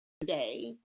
today